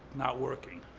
not working.